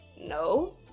no